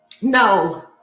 No